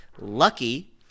Lucky